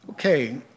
Okay